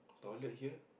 toilet here